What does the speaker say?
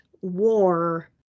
war